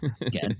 Again